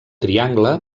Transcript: triangle